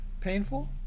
painful